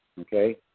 okay